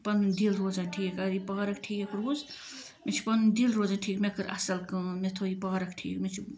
پَنُن دِل روزان ٹھیٖک اَگر یہِ پارک ٹھیٖک روٗز مےٚ چھِ پَنُن دِل روزان ٹھیٖک مےٚ کٔر اصل کٲم مےٚ تھٲو یہِ پارک ٹھیٖک مےٚ چھُ